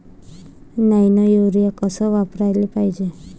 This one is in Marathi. नैनो यूरिया कस वापराले पायजे?